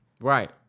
Right